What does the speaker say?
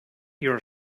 your